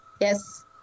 Yes